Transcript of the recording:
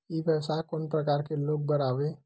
ई व्यवसाय कोन प्रकार के लोग बर आवे?